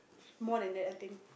more than that I think